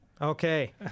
Okay